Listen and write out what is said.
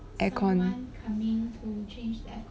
aircon